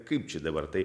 kaip čia dabar tai